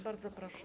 Bardzo proszę.